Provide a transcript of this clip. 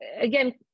again